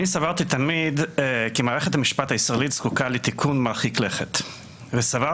אני סברתי תמיד כי מערכת המשפט הישראלית זקוקה לתיקון מרחיק לכת וסברתי